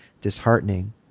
disheartening